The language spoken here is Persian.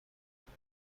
کندی